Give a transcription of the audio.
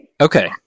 Okay